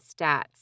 stats